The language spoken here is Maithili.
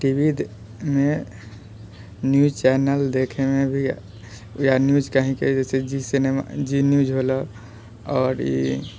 टीवीमे न्यूज चैनल देखैमे भी न्यूज कहींके जैसे जी न्यूज होलौ आओर ई